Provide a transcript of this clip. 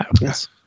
Yes